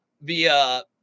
via